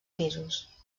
pisos